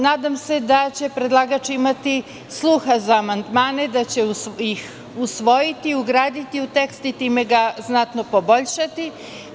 Nadam se da će predlagač imati sluha za amandmane, da će ih usvojiti, ugraditi u tekst i time ga znatno poboljšati.